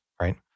right